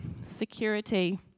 Security